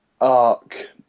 arc